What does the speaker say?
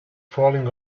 falling